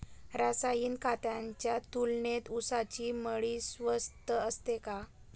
रासायनिक खतांच्या तुलनेत ऊसाची मळी स्वस्त असते का?